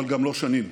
אבל גם לא שנים.